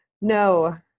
No